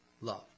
love